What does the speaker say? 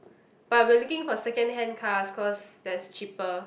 but we are looking for second hand cars cause that's cheaper